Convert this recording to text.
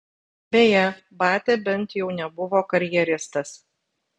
beje batia bent jau nebuvo karjeristas